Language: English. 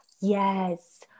Yes